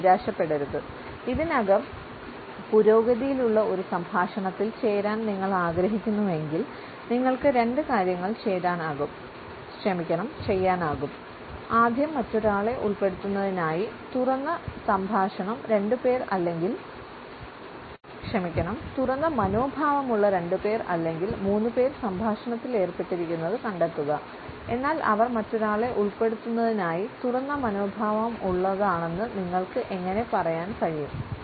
എന്നാൽ നിരാശപ്പെടരുത് ഇതിനകം പുരോഗതിയിലുള്ള ഒരു സംഭാഷണത്തിൽ ചേരാൻ നിങ്ങൾ ആഗ്രഹിക്കുന്നുവെങ്കിൽ നിങ്ങൾക്ക് രണ്ട് കാര്യങ്ങൾ ചെയ്യാനാകും ആദ്യം മറ്റൊരാളെ ഉൾപ്പെടുത്തുന്നതിനായി തുറന്ന മനോഭാവമുള്ള രണ്ടു പേർ അല്ലെങ്കിൽ മൂന്നുപേർ സംഭാഷണത്തിൽ ഏർപ്പെട്ടിരിക്കുന്നത് കണ്ടെത്തുക എന്നാൽ അവർ മറ്റൊരാളെ ഉൾപ്പെടുത്തുന്നതിനായി തുറന്ന മനോഭാവമുള്ളതാണെന്ന് നിങ്ങൾക്ക് എങ്ങനെ പറയാൻ കഴിയും